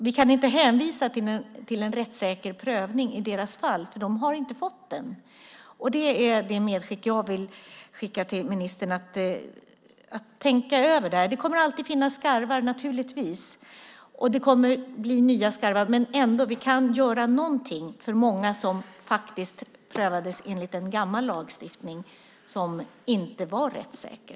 Vi kan inte hänvisa till en rättssäker prövning i deras fall, för de har inte fått den. Det medskick jag vill göra till ministern är att tänka över detta. Det kommer alltid att finnas skarvar, och det kommer att bli nya skarvar. Ändå kan vi göra någonting för många vars fall prövades enligt en gammal lagstiftning som inte var rättssäker.